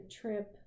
trip